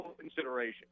consideration